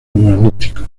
urbanísticos